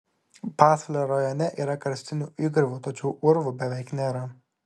pasvalio rajone yra karstinių įgriuvų tačiau urvų beveik nėra